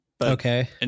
Okay